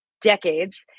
decades